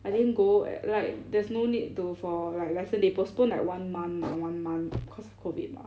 I didn't go like there's no need to for like lesson they postpone like one month mah one month cause COVID mah